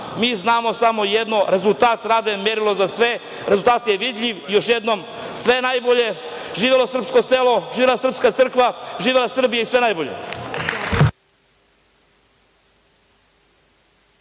mi znamo samo jedno, rezultat rada je merilo za sve, rezultat je vidljiv. Još jednom, sve najbolje, živelo srpsko selo, živela srpska crkva, živela Srbija i sve najbolje.